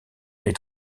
est